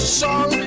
song